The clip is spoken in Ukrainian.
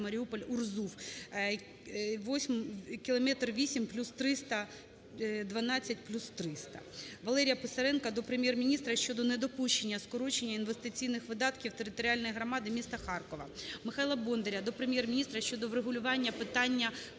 Маріуполь – Урзуф (км 8+300 – км 12+300). Валерія Писаренка до Прем'єр-міністра щодо недопущення скорочення інвестиційних видатків територіальної громади міста Харкова. Михайла Бондаря до Прем'єр-міністра щодо врегулювання питання